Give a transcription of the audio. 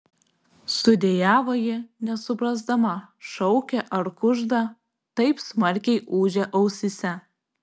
sudejavo ji nesuprasdama šaukia ar kužda taip smarkiai ūžė ausyse